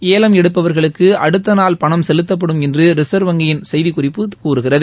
ஏலம் எடுப்பவர்களுக்கு அடுத்த நாள் பணம் செலுத்தப்படும் என்று ரிசா்வ் வங்கியின் செய்திக்குறிப்பு கூறுகிறது